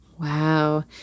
Wow